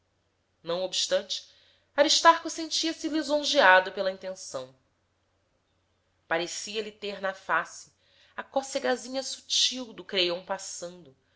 não obstante aristarco sentia-se lisonjeado pela intenção parecia-lhe ter na face a cocegazinha sutil do creiom passando